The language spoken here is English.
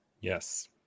yes